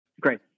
Great